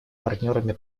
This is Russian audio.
партнерами